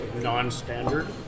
non-standard